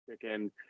chicken